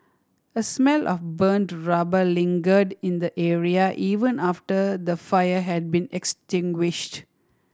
a smell of burnt rubber lingered in the area even after the fire had been extinguished